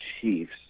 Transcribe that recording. Chiefs